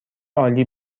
عالی